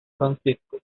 francisco